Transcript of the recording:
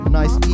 nice